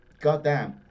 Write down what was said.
Goddamn